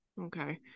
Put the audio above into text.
Okay